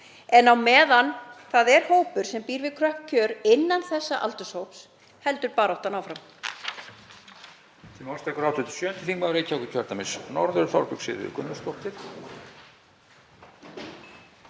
en á meðan það er hópur sem býr við kröpp kjör innan þessa aldurshóps heldur baráttan áfram.